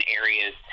areas